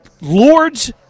Lords